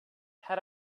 had